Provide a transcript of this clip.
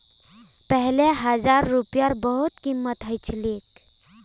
पहले हजार रूपयार बहुत कीमत ह छिले